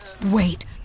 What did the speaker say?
Wait